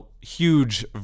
huge